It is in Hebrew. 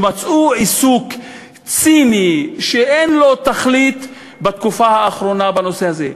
שמצאו עיסוק ציני שאין לו תכלית בתקופה האחרונה בנושא הזה.